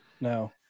No